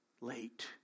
late